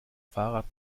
fahrrad